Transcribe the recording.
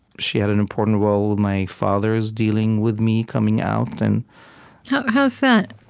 she had an important role with my father's dealing with me coming out and how how was that?